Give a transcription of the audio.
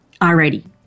Alrighty